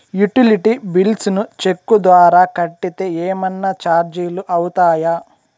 Utility bills ను cheque ద్వారా కట్టితే ఏమన్నా చార్జీలు అవుతాయా?